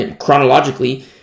chronologically